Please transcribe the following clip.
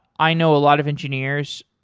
i know a lot of engineers,